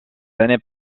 années